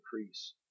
increase